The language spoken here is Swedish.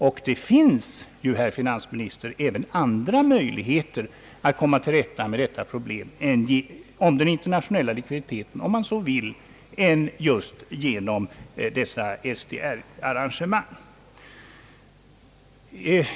Och det finns ju, herr finansminister, även andra möjligheter att komma till rätta med detta problem om den internationella likviditeten än just genom SDR-arrangemang.